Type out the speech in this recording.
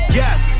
yes